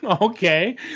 Okay